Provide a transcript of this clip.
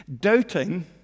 doubting